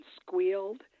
squealed